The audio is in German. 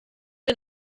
den